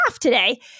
today